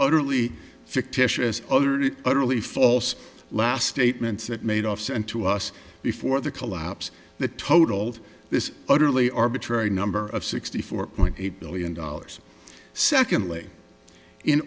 utterly fictitious other utterly false last statements that made offs and to us before the collapse the total of this utterly arbitrary number of sixty four point eight billion dollars secondly in